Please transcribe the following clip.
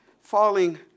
falling